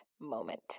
moment